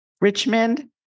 Richmond